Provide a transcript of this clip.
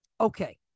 okay